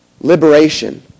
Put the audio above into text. Liberation